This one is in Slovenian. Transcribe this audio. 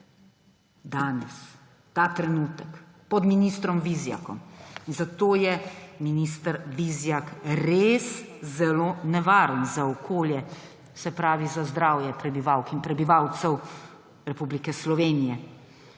Danes, ta trenutek pod ministrom Vizjakom. Zato je minister Vizjak res zelo nevaren za okolje, se pravi za zdravje prebivalk in prebivalcev Republike Slovenije.